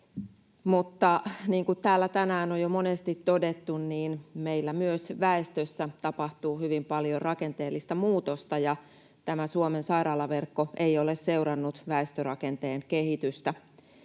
Mutta niin kuin täällä tänään on jo monesti todettu, meillä myös väestössä tapahtuu hyvin paljon rakenteellista muutosta ja tämä Suomen sairaalaverkko ei ole seurannut väestörakenteen kehitystä.